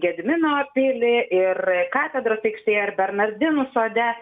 gedimino pilį ir katedros aikštėje ir bernardinų sode